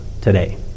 today